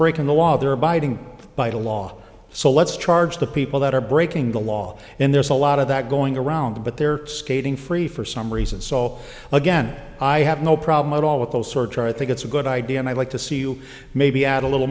breaking the law they're abiding by the law so let's charge the people that are breaking the law and there's a lot of that going around but they're skating free for some reason so again i have no problem at all with those search i think it's a good idea and i'd like to see you maybe add a little